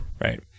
right